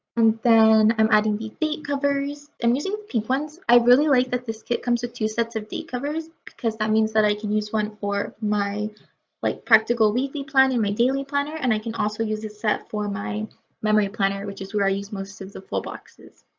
and then i'm adding these date covers. i'm using the pink ones. i really like that this kit comes with two sets of date covers because that means that i can use one for my like practical weekly plan in my daily planner and i can also use a set for my memory planner which is where i use most of the full boxes.